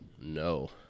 No